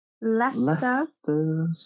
Leicester